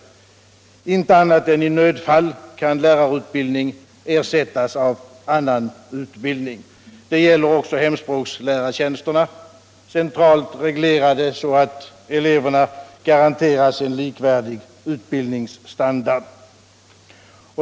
Inte annat än i nödfall kan lärarutbildning ersättas av annan utbildning. Det gäller också hemspråkslärartjänsterna — centralt reglerade, så att eleverna garanteras en likvärdig utbildningsstandard.